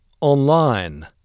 online